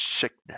sickness